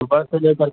صبح سے لے کر